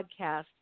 podcast